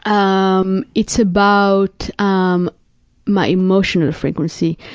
um it's about um my emotional frequency.